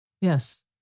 Yes